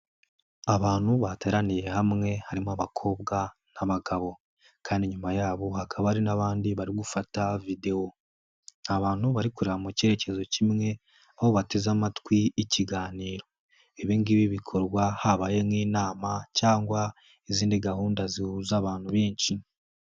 Abantu bateraniye hamwe harimo abakobwa nk'abagabo kandi nyuma yabo hakaba hari n'abandi bari gufata videwo, ni abantu bari kureba mu cyerekezo kimwe aho bateze amatwi ikiganiro, ibingibi bikorwa habaye nk'inama cyangwa izindi gahunda zihuza abantu benshi.